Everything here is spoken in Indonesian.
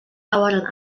tawaran